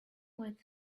must